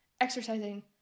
exercising